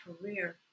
career